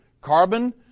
carbon